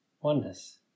oneness